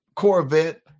corvette